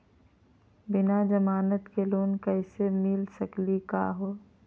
बिना जमानत के लोन मिली सकली का हो?